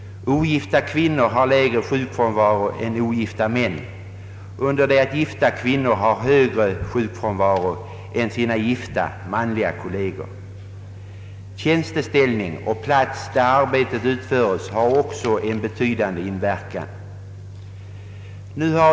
Ogifta kvinnor har lägre sjukfrånvaro än ogifta män, under det att gifta kvinnor har högre sjukfrånvaro än sina gifta manliga kolleger. Tjänsteställning och plats där arbetet utföres har också en betydande inverkan.